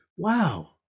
wow